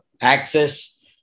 access